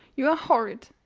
you are horrid!